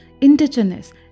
indigenous